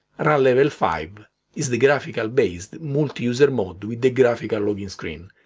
and run-level five is the graphical based multi-user mode with a graphical login screen.